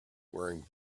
wearing